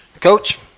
Coach